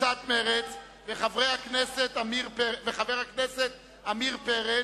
"קבוצת סיעת מרצ" וחבר הכנסת עמיר פרץ,